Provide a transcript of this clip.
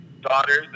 daughters